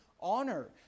honor